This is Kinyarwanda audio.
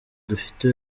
dufite